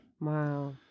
Wow